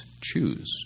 choose